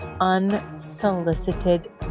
unsolicited